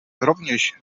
rovněž